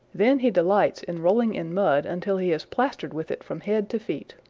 then he delights in rolling in mud until he is plastered with it from head to feet.